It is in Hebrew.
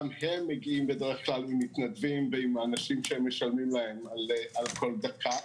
גם הם מגיעים בדרך כלל עם מתנדבים ועם אנשים שמשלמים להם על כל דקה.